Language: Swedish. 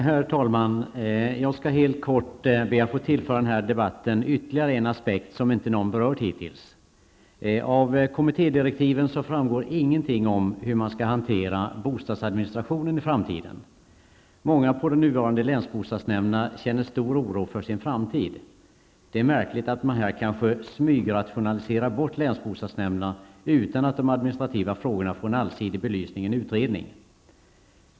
Herr talman! Jag skall helt kort be att få tillföra den här debatten ytterligare en aspekt som inte någon berört hittills. Av kommittédirektiven framgår ingenting om hur man skall hantera bostadsadministrationen i framtiden. Många på de nuvarande länssbostadsnämnderna känner stor oro för sin framtid. Det är märkligt att man här kanske smygrationaliserar bort länsbostadsnämnderna, utan att de administrativa frågorna får en allsidig belysning i en utredning.